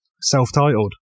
Self-titled